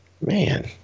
man